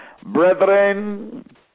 Brethren